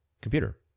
computer